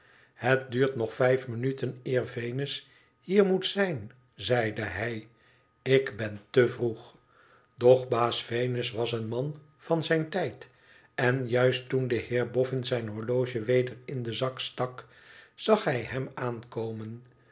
het duurt nog vijf minuten eer venus hier moet zijn zeide hij ik ben te vroeg doch baas venus was een man van zijn tijd en juist toen de heer boffin zijn horloge weder in den zak stak zag hij hem aankomen